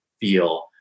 feel